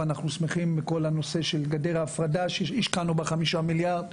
ואנחנו שמחים מכל הנושא של גדר ההפרדה שהשקענו בה 5 מיליארד.